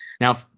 Now